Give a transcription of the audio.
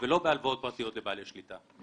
לא בהלוואות פרטיות לבעלי שליטה.